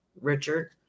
Richard